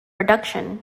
production